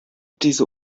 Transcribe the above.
diese